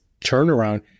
turnaround